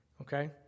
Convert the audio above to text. okay